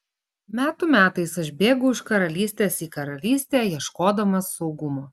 metų metais aš bėgau iš karalystės į karalystę ieškodamas saugumo